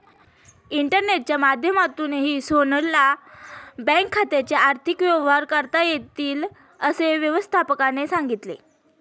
इंटरनेटच्या माध्यमातूनही सोहनला बँक खात्याचे आर्थिक व्यवहार करता येतील, असं व्यवस्थापकाने सांगितले